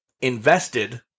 invested